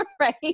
right